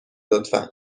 لطفا